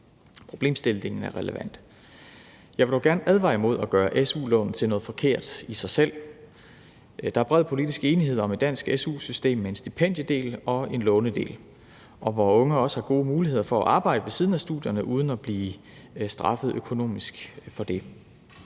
Problemstillingen er relevant. Jeg vil dog gerne advare imod at gøre su-lån til noget forkert i sig selv. Der er bred politisk enighed om et dansk su-system med en stipendiedel og en lånedel, hvor unge også har gode muligheder for at arbejde ved siden af studierne uden at blive straffet økonomisk for det.